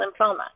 lymphoma